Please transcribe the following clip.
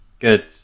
good